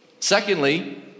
Secondly